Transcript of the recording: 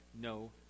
no